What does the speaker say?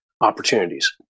opportunities